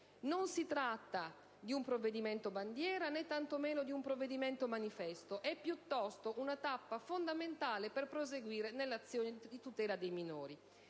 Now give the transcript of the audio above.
Non si tratta di un provvedimento bandiera, né tantomeno di un provvedimento manifesto: è piuttosto una tappa fondamentale per proseguire nell'azione di tutela dei minori.